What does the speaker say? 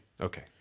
Okay